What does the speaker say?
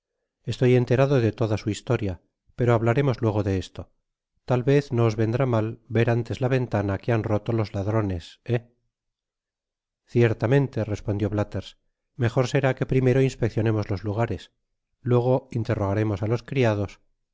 estoy enterado de toda su historia pero hablarémos luego de esto tal vez no os vendrá mal ver antes la ventana q'ue han roto los ladrones hé ciertamente respondió blalhers mejor será que primero inspeccionemos los lugares luego interrogaremos á los criados